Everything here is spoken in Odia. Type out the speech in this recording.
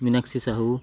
ମିନାକ୍ଷୀ ସାହୁ